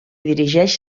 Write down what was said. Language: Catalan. dirigeix